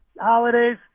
holidays